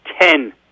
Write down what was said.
Ten